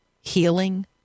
healing